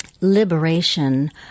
liberation